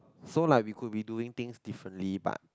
so lah we could be doing things differently but